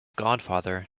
godfather